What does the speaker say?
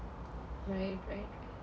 right right